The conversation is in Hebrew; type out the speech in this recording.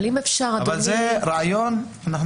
זה רעיון...